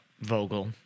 Vogel